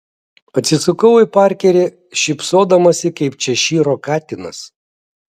atsisukau į parkerį šypsodamasi kaip češyro katinas